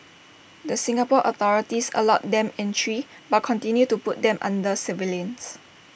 the Singapore authorities allowed them entry but continued to put them under surveillance